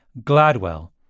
GLADWELL